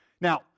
Now